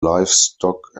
livestock